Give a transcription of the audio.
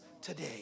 today